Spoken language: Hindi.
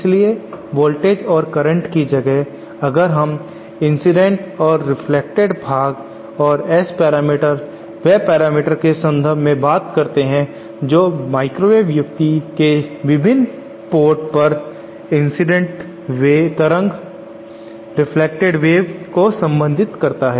इसलिए वोल्टेज और करंट की जगह अगर हम इंसिडेंट और रेफ्लेक्टेड भाग और s पैरामीटर वह पैरामीटर के संदर्भ में बात करते हैं जो माइक्रोवेव युक्ति के विभिन्न पोर्ट पर इंसिडेंट तरंग रेफ्लेक्टेड वेव को संबंधित करता हैं